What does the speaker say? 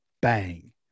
bang